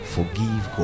Forgive